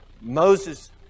Moses